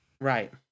right